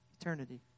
eternity